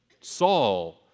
Saul